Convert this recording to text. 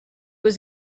was